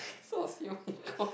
so